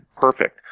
perfect